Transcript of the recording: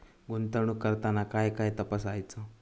गुंतवणूक करताना काय काय तपासायच?